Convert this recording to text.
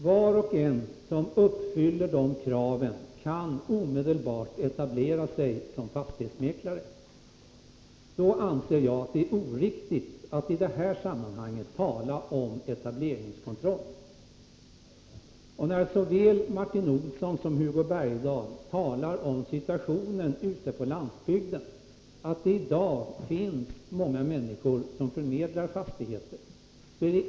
Var och en som uppfyller de kraven kan omedelbart etablera sig som fastighetsmäklare. Då anser jag att det är oriktigt att i det här sammanhanget tala om etableringskontroll. Både Martin Olsson och Hugo Bergdahl talar om situationen ute på landsbygden, där det i dag finns många människor som förmedlar fastigheter.